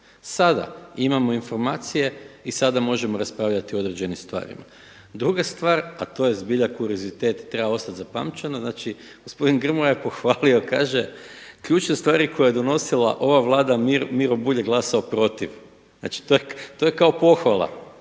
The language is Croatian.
Sada imamo informacije i sada možemo raspravljati o određenim stvarima. Druga stvar, a to je zbilja kurizitet treba ostati zapamćeno, znači gospodin Grmoja je pohvalio, kaže: „Ključne stvari koje je donosila ova Vlada Miro Bulj je glasao protiv“. Znači, to je kao pohvala,